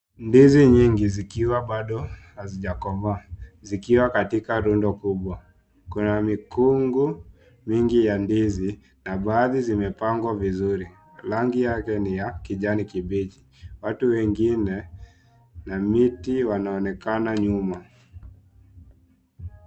Ndizi nyingi zikiwa baado hazijakomaa, zikiwa katika rundo kubwa. Kuna mikungu mingi ya ndizi na baadhi zimepangwa vizuri, rangi yake ni ya kijani kibichi. Watu wengine na miti wanaonekana nyuma.